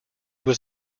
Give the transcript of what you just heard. was